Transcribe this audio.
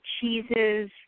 cheeses